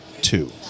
two